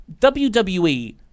WWE